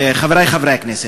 חברי חברי הכנסת,